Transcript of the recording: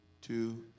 Two